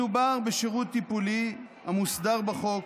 מדובר בשירות טיפולי המוסדר בחוק